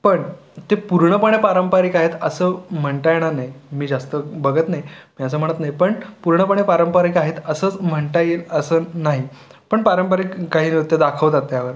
पण ते पूर्णपणे पारंपरिक आहेत असं म्हणटा येणार नाही मी जास्त बघत नाही मी असं म्हणत नाही पण पूर्णपणे पारंपरिक आहेत असंच म्हणता येईल असं नाही पण पारंपरिक काही नृत्यं दाखवतात त्यावर